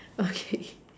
okay